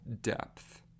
depth